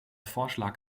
vorschlag